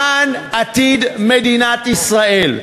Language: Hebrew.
למען עתיד מדינת ישראל.